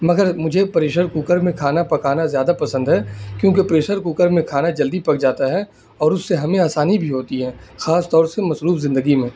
مگر مجھے pressure cooker میں کھانا پکانا زیادہ پسند ہے کیونکہ پریشر کوکر میں کھانا جلدی پک جاتا ہے اور اس سے ہمیں آسانی بھی ہوتی ہے خاص طور سے مصروف زندگی میں